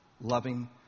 loving